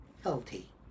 healthy